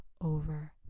over